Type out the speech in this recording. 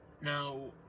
Now